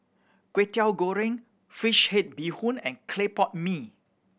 Kwetiau Goreng fish head bee hoon and clay pot mee